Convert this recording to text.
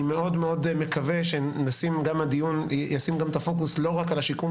אני מאוד מאוד מקווה שישימו בדיון את הפוקוס לא רק על השיקום,